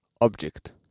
object